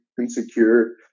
insecure